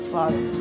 Father